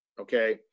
okay